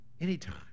Anytime